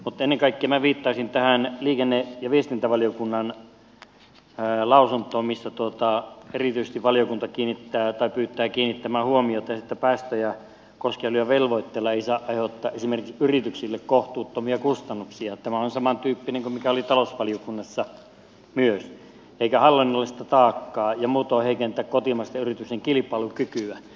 mutta ennen kaikkea minä viittaisin tähän liikenne ja viestintävaliokunnan lausuntoon missä erityisesti valiokunta pyytää kiinnittämään huomiota siihen että päästöjä koskevilla velvoitteilla ei saa aiheuttaa esimerkiksi yrityksille kohtuuttomia kustannuksia tämä on samantyyppinen kuin mikä oli talousvaliokunnassa myös eikä hallinnollista taakkaa taikka muutoin heikentää kotimaisten yritysten kilpailukykyä